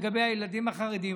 לגבי הילדים החרדים,